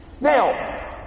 Now